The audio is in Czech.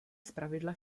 zpravidla